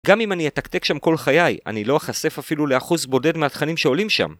גם אם אני אתקתק שם כל חיי, אני לא אחשף אפילו לאחוז בודד מהתכנים שעולים שם.